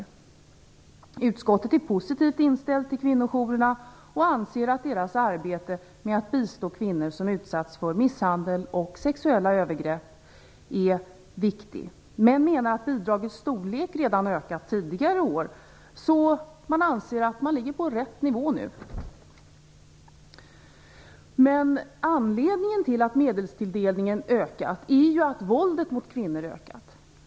I utskottet är man positivt inställd till kvinnojourerna och anser att deras arbete med att bistå kvinnor som utsatts för misshandel och sexuella övergrepp är viktigt. Men man menar att bidragets storlek redan har ökat tidigare år. Därför anser man att nivån nu är den rätta. Men anledningen till att medelstilldelningen ökat är ju att våldet mot kvinnor ökat.